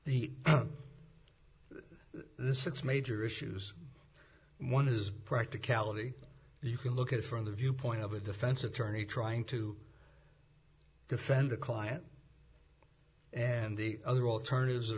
the this six major issues one has practicality you can look at from the viewpoint of a defense attorney trying to defend the client and the other alternatives